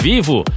Vivo